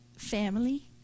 family